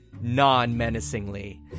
non-menacingly